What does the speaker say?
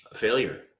failure